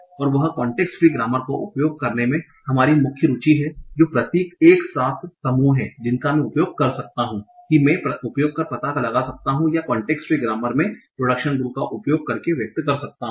और वह context free grammar का उपयोग करने में हमारी मुख्य रुचि है जो प्रतीक एक साथ समूह हैं जिनका मैं उपयोग कर सकता हूं कि मैं उपयोग कर पता लगा सकता हूं या कांटेक्स्ट फ्री ग्रामर में प्रोडक्शन रूल्स का उपयोग करके व्यक्त कर सकता हूं